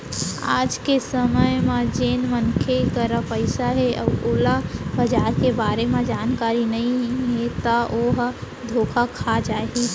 आज के समे म जेन मनसे करा पइसा हे अउ ओला बजार के बारे म जानकारी नइ ता ओहा धोखा खा जाही